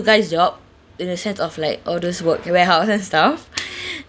guys' job in a sense of like all those work K warehouse and stuff